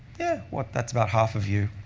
yeah, what, that's about half of you.